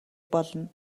болно